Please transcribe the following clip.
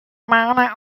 maler